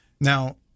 Now